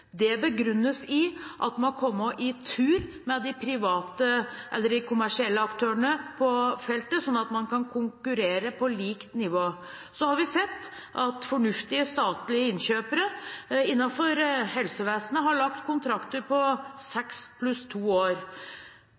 Det begrunnes med at man må komme i tur med de kommersielle aktørene på feltet, sånn at man kan konkurrere på likt nivå. Så har vi sett at fornuftige statlige innkjøpere innenfor helsevesenet har laget kontrakter på 6 pluss 2 år.